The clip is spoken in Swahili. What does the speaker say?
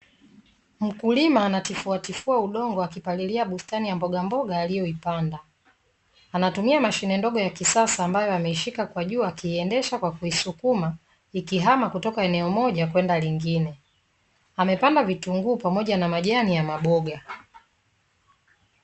Mkulima anatifuatifua udongo akipalilia bustani ya mbogamboga aliyoipanda. Anatumia mashine ndogo ya kisasa ambayo ameishika kwa juu akiiendesha kwa kuisukuma, ikihama kutoka eneo moja kwenda lingine. Amepanda vitunguu pamoja na majani ya maboga.